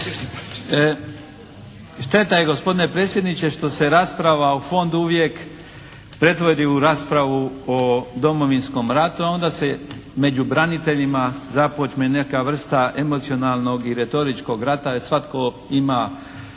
Šteta je gospodine predsjedniče što se rasprava o fondu uvijek pretvori u raspravu o Domovinskom ratu, a onda se među braniteljima započme neka vrsta emocionalnog i retoričkog rata jer svatko ima